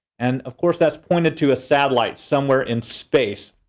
and of course that's pointed to a satellite, somewhere in space.